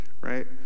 right